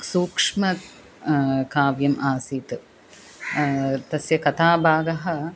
सूक्ष्मकाव्यम् आसीत् तस्य कथाभागः